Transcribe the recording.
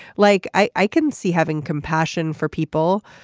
like i i can see having compassion for people.